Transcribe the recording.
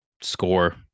score